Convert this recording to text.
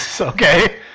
Okay